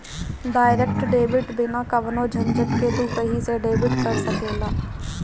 direct debit बिना कवनो झंझट के तू कही से डेबिट कर सकेला